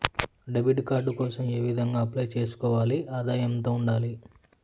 Debit card కోసం ఏ విధంగా అప్లై సేసుకోవాలి? ఆదాయం ఎంత ఉండాలి?